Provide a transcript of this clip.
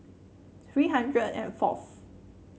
three hundred and forth